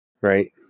right